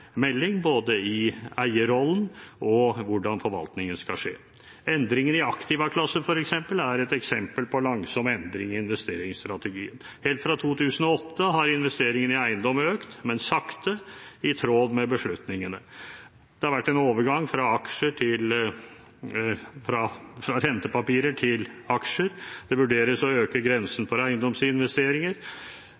melding, både i eierrollen og hvordan forvaltningen skal skje. Endringer i aktivaklasse, f.eks., er et eksempel på langsom endring i investeringsstrategien. Helt siden 2008 har investeringen i eiendom økt, men sakte, i tråd med beslutningene. Det har vært en overgang fra rentepapirer til aksjer. Det vurderes å øke grensen for eiendomsinvesteringer.